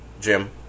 Jim